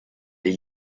les